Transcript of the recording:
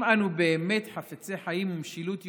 אם אנו באמת חפצי חיים ומשילות יהודית,